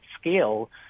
scale